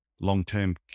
long-term